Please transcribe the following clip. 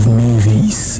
movies